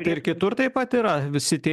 ir kitur taip pat yra visi tie